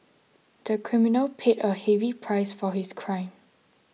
the criminal paid a heavy price for his crime